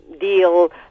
deal